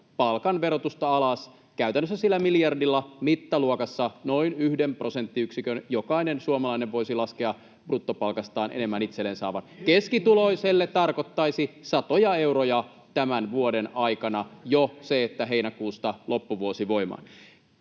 palkan verotusta alas. Käytännössä sillä miljardilla mittaluokassa noin yhden prosenttiyksikön jokainen suomalainen voisi laskea bruttopalkastaan enemmän itselleen saavan. Keskituloiselle tarkoittaisi satoja euroja tämän vuoden aikana jo se, että heinäkuusta loppuvuosi voimaan.